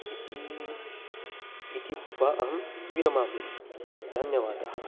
इति इति उक्त्वा अहं विरमामि धन्यवादः